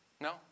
No